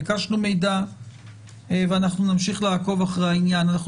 ביקשנו מידע ואנחנו נמשיך לעקוב אחרי העניין,